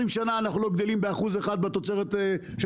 20 שנה אנחנו לא גדלים ב-1% בתוצרת של